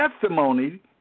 testimony